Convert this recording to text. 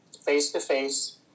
face-to-face